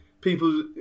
people